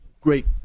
Great